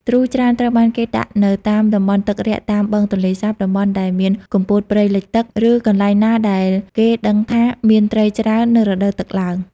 ទ្រូច្រើនត្រូវបានគេដាក់នៅតាមតំបន់ទឹករាក់តាមបឹងទន្លេសាប តំបន់ដែលមានគុម្ពោតព្រៃទឹកលិច ឬកន្លែងណាដែលគេដឹងថាមានត្រីច្រើននៅរដូវទឹកឡើង។